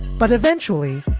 but eventually,